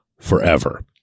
forever